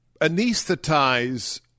anesthetize